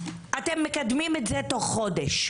אתם מקדמים את זה תוך חודש.